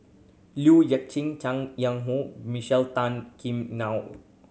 Liu Yat Chin Chang Yang Hong Michelle Tan Kim Nei